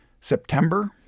September